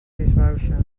disbauxa